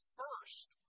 first